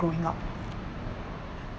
growing up